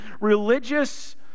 religious